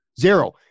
Zero